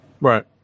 Right